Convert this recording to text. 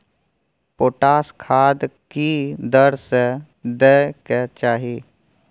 Potash खाद की दर से दै के चाही?